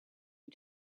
you